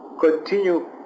continue